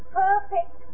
perfect